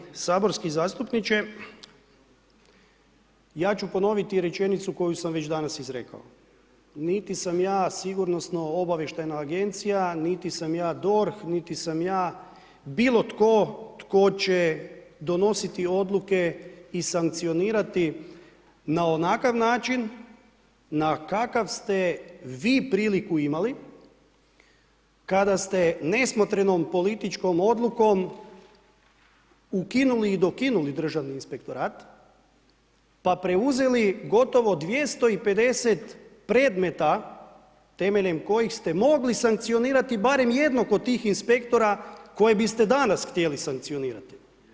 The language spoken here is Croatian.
Hvala poštovani saborski zastupniče, ja ću ponoviti rečenicu koju sam već danas izrekao, niti sam ja sigurnosno obavještajna agencija, niti sam ja DORH, niti sam ja bilo tko će donositi odluke i sankcionirati na onakav način na kakav ste vi priliku imali kada ste nesmotrenom političkom odlukom ukinuli i dokinuli državni inspektorat, pa preuzeli gotovo 250 predmeta temeljem kojih ste mogli sankcionirati barem jednog od tih inspektora kojeg biste danas htjeli sankcionirati.